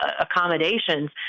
accommodations